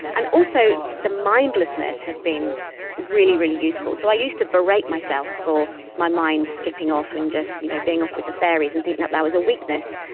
and also the mindlessness has been really, really useful. so i used to berate myself for my mind skipping off and just you know being off with the fairies and think that that was a weakness,